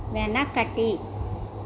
వెనకటి